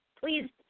Please